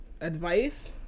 advice